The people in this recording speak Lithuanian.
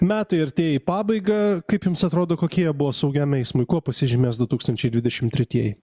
metai artėja į pabaigą kaip jums atrodo kokie jie buvo saugiam eismui kuo pasižymės du tūkstančiai dvidešimt tretieji